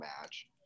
match